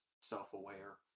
self-aware